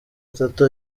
atatu